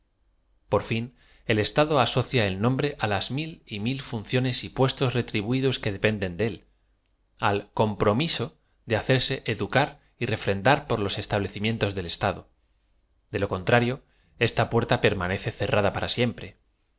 r fio el estado asocia el d o m b re á las m il y m il funciones y puestos re trib u i dos que dependeo de él a l compromiso de hacerse educar y refrendar por los establecimientos del esta do de lo contrario esta puerta permanece cerrada para siempre